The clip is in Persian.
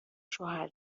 شوهر